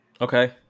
Okay